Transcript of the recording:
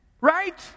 Right